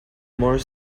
more